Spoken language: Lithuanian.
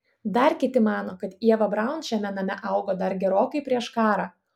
dar kiti mano kad ieva braun šiame name augo dar gerokai prieš karą